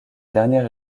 dernière